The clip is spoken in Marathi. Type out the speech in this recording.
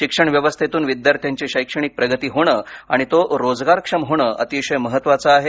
शिक्षण व्यवस्थेतून विद्यार्थ्यांची शैक्षणिक प्रगती होण आणि तो रोजगारक्षम होणं अतीशय महत्त्वाचं आहे